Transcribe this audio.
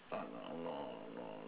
uh no no no